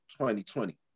2020